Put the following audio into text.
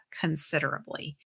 considerably